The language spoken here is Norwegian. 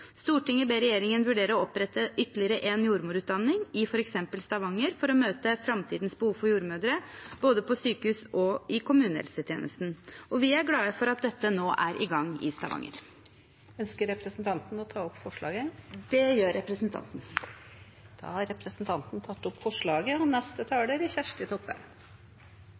ber regjeringen vurdere å opprette ytterligere en jordmorutdanning, i for eksempel Stavanger, for å møte framtidens behov for jordmødre, både på sykehus og i kommunehelsetjenesten.» Vi er glade for at dette nå er i gang i Stavanger. Jeg tar til slutt opp forslaget vi står sammen med Senterpartiet og SV om. Representanten Tuva Moflag har tatt opp det forslaget